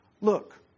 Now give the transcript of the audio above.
Look